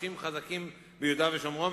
שורשים חזקים ביהודה ושומרון,